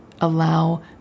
Allow